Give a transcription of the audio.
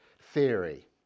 theory